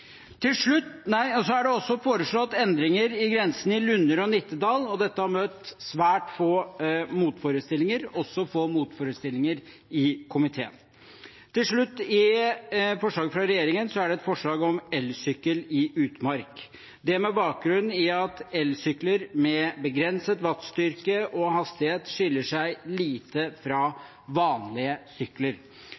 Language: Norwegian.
Så er det også foreslått endringer i grensen i Lunner og i Nittedal. Dette har møtt svært få motforestillinger, også i komiteen. Til slutt: I proposisjonen fra regjeringen er det et forslag om elsykkel i utmark – dette med bakgrunn i at elsykler med begrenset wattstyrke og hastighet skiller seg lite fra